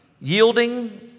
yielding